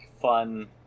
fun